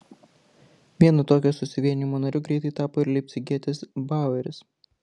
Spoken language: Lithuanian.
vieno tokio susivienijimo nariu greitai tapo ir leipcigietis baueris